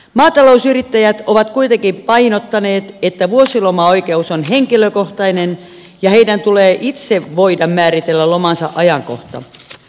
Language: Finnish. maatalousyrittäjät ovat kuitenkin painottaneet että vuosilomaoikeus on henkilökohtainen ja heidän tulee itse voida määritellä lomansa ajankohta